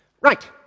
Right